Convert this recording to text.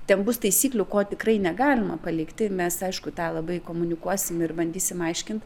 ten bus taisyklių ko tikrai negalima palikti mes aišku tą labai komunikuosim ir bandysim aiškint